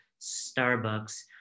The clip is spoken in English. Starbucks